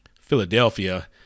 Philadelphia